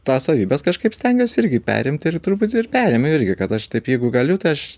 tą savybes kažkaip stengiuosi irgi perimti ir truputį ir perėmiau irgi kad aš taip jeigu galiu tai aš